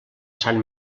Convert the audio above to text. sant